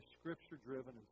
Scripture-driven